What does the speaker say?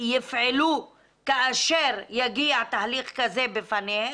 יפעלו כאשר יגיע תהליך כזה בפניהם?